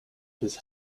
his